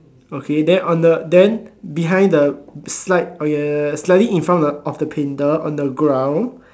okay then on the then behind the slide slightly in front of the painter on the ground